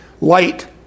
light